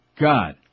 God